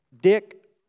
Dick